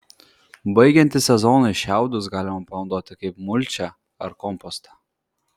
baigiantis sezonui šiaudus galima panaudoti kaip mulčią ar kompostą